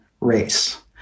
race